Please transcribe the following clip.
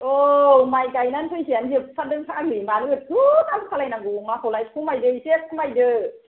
औ माइ गायनानै फैसायानो जोबथारदों फाग्लि मानो एथ' दाम खालामनांगौ अमाखौलाय खमायदो एसे खमायदो